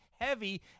heavy